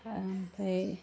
ओमफ्राय